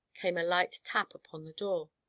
came a light tap upon the door.